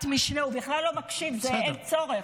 ועדת משנה, הוא בכלל לא מקשיב, אין צורך.